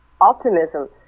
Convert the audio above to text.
optimism